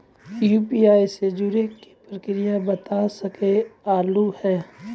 UPI से जुड़े के प्रक्रिया बता सके आलू है?